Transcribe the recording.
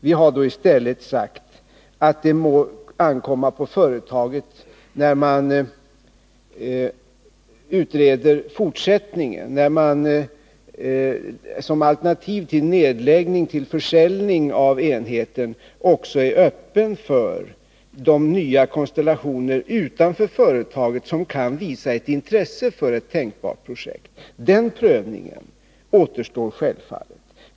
Vi har i stället sagt att företaget, när det utreder en fortsättning, som ett alternativ till nedläggning och försäljning av enheten skall vara öppen för de nya konstellationer utanför företaget som kan visa ett intresse för ett tänkbart projekt. Den prövningen återstår självfallet.